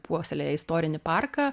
puoselėja istorinį parką